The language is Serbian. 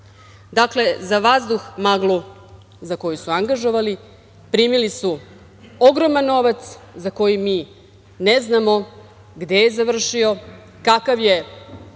Dakle, za vazduh, maglu za koju su angažovali, primili su ogroman novac za koji mi ne znamo gde je završio, kakva je